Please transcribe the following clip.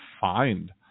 find